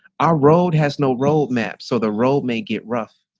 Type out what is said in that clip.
our road has no roadmap so the road may get rough.